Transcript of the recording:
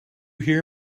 hear